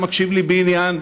שמקשיב לי בעניין,